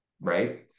right